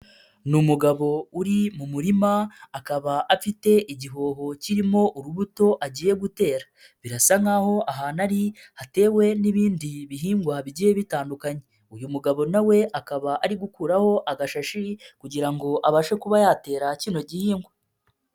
Ni umugabo uri mu murima akaba afite igihoho kirimo urubuto agiye gutera, birasa nkaho ahantu ari hatewe n'ibindi bihingwa bigiye bitandukanye, uyu mugabo nawe akaba ari gukuraho agashashi kugirango abashe kuba yatera kino gihingwa.